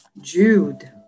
Jude